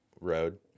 road